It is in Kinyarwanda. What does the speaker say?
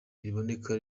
riboneka